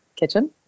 kitchen